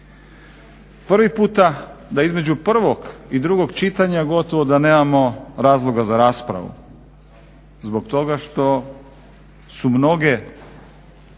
Prvi puta da između prvog i drugog čitanja gotovo da nemamo razloga za raspravu zbog toga što su mnogi